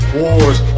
wars